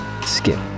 Skip